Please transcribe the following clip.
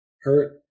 hurt